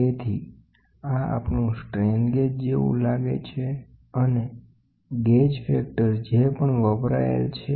તેથી આ આપણું સ્ટ્રેન ગેજ જેવું લાગે છે અને આ ગેજ ફેક્ટર છે જે આપણે ઉપયોગમાં લીધેલ છે